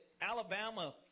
Alabama